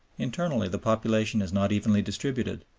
internally the population is not evenly distributed,